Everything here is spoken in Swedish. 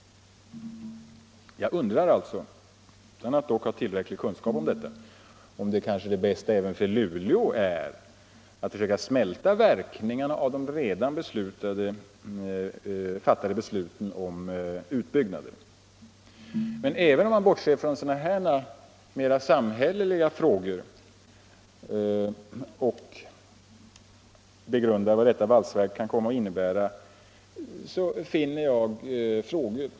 Jag undrar alltså — dock utan att ha tillräckliga kunskaper om detta — om inte det bästa även för Luleå vore att försöka smälta verkningarna av de redan fattade besluten om utbyggnad. Men även om man bortser från sådana mer samhällsekonomiska frågor och begrundar vad detta valsverk kan komma att innebära, reser sig frågor.